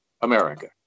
America